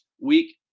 week